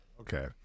Okay